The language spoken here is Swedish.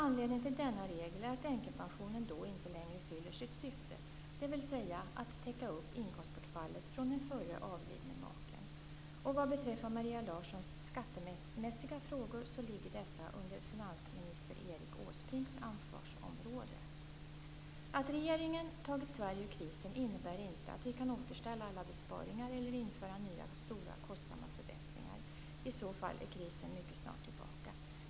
Anledningen till denna regel är att änkepensionen då inte längre fyller sitt syfte, dvs. att täcka upp inkomstbortfallet från den förre avlidne maken. Vad beträffar Maria Larssons skattemässiga frågor ligger dessa under finansminister Erik Åsbrinks ansvarsområde. Att regeringen tagit Sverige ur krisen innebär inte att vi kan återställa alla besparingar eller införa nya stora kostsamma förbättringar; i så fall är krisen mycket snart tillbaka.